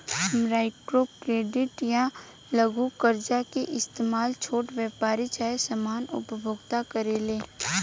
micro credit या लघु कर्जा के इस्तमाल छोट व्यापारी चाहे सामान्य उपभोक्ता करेले